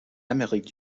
amérique